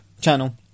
channel